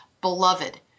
beloved